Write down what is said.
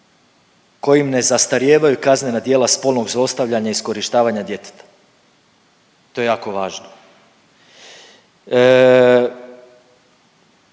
kojim ne zastarijevaju kaznena djela spolnog zlostavljanja i iskorištavanja djeteta. To je jako važno.